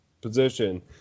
position